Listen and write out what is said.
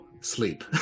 sleep